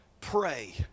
pray